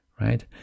right